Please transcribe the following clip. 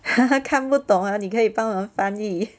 ha ha 看不懂啊你可以帮我翻译